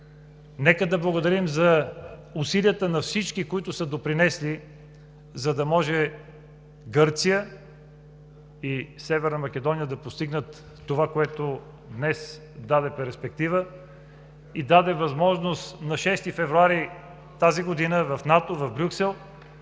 Нека да благодарим за усилията на всички, които са допринесли, за да могат Гърция и Северна Македония да постигнат това, което днес даде перспектива и възможност на 6 февруари тази година в НАТО, в Брюксел,